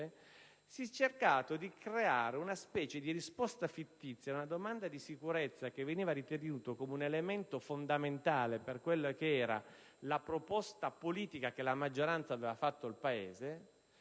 si è cercato di creare una specie di risposta fittizia alla domanda di sicurezza. Quest'ultima veniva ritenuta come elemento fondamentale per la proposta politica che la maggioranza aveva fatto al Paese